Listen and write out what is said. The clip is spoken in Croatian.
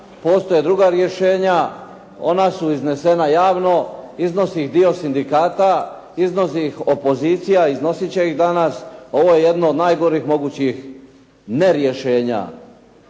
Postoje druga rješenja, ona su iznesena javno. Iznosi ih dio sindikata, iznosi iz opozicija, iznosit će ih danas. Ovo je jedno od najgorih mogućih nerješenja.